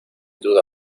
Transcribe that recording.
duda